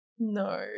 no